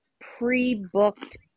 pre-booked